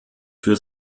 für